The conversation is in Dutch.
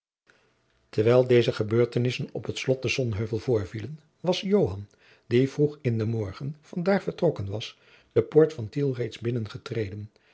terwijl deze gebeurtenissen op het slot te sonheuvel voorvielen was joan die vroeg in den morgen van daar vertrokken was de poort van tiel reeds binnengetreden